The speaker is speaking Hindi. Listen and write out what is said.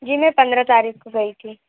जी मैं पन्द्रह तारीख़ को गई थी